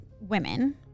women